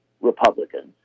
Republicans